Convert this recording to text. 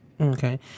Okay